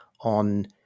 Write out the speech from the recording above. on